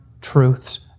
truths